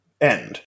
end